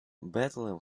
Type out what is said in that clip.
bedlam